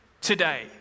today